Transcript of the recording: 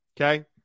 Okay